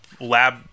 lab